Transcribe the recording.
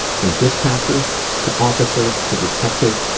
from dispatcher to officer to detective,